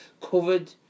Covered